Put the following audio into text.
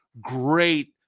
great